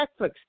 Netflix